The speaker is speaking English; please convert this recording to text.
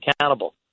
accountable